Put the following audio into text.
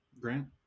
grant